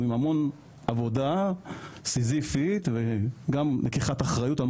הוא עם המון עבודה סיזיפית וגם לקיחת אחריות לכל